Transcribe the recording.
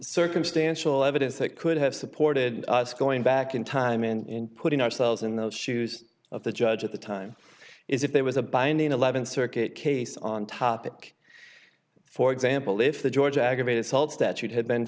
circumstantial evidence that could have supported us going back in time in putting ourselves in those shoes of the judge at the time is if there was a binding eleventh circuit case on topic for example if the george aggravated assault statute had been